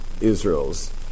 Israel's